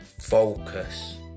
focus